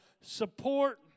support